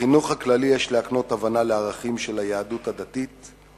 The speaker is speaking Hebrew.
בחינוך הכללי יש להקנות הבנה לערכים של היהדות הדתית,